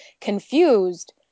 confused